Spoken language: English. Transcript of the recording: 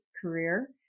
career